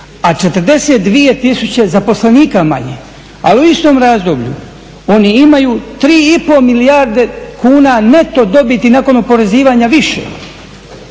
a 42 tisuće zaposlenika manje. Ali u istom razdoblju oni imaju 3,5 milijarde kuna neto dobiti nakon oporezivanja više.